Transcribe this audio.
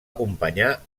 acompanyar